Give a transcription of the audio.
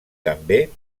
també